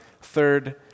Third